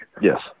Yes